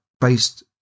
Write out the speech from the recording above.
based